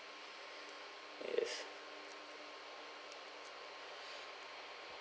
yes